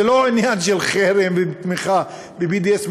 זה לא עניין של חרם או תמיכה ב-BDS.